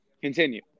Continue